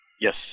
Yes